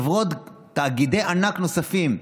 תאגידי ענק נוספים,